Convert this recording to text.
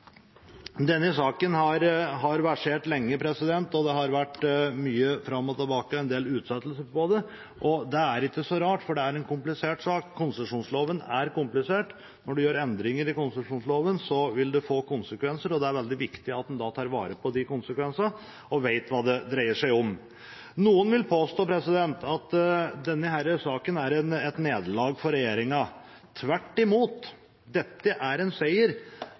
Denne saken har versert lenge, og det har vært mye fram og tilbake og en del utsettelser av den, og det er ikke så rart, for det er en komplisert sak. Konsesjonsloven er komplisert. Når en gjør endringer i konsesjonsloven, vil det få konsekvenser, og det er veldig viktig at en da tar vare på de konsekvensene og vet hva det dreier seg om. Noen vil påstå at denne saken er et nederlag for regjeringa. Tvert imot, dette er en seier.